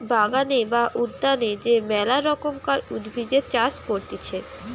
বাগান বা উদ্যানে যে মেলা রকমকার উদ্ভিদের চাষ করতিছে